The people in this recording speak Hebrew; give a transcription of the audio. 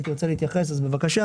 אם תרצה להתייחס אז בבקשה,